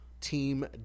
Team